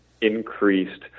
increased